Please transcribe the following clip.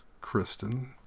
Kristen